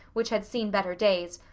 which had seen better days,